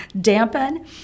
Dampen